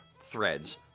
threads